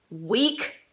week